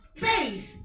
faith